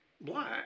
black